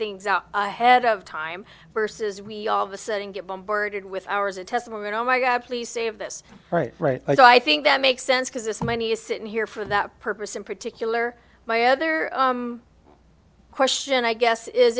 things out ahead of time versus we all of a sudden get bombarded with ours a testament oh my god please save this right right i think that makes sense because this money is sitting here for that purpose in particular my other question i guess is